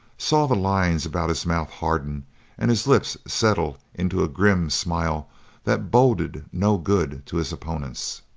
saw the lines about his mouth harden and his lips settle into a grim smile that boded no good to his opponents.